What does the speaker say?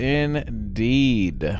indeed